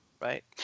Right